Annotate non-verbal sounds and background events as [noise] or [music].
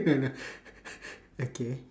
no no [laughs] okay